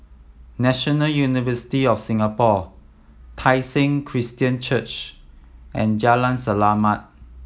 National University of Singapore Tai Seng Christian Church and Jalan Selamat